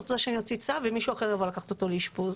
רוצה שאני אוציא צו ומישהו אחר יבוא לקחת אותו לאשפוז.